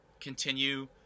continue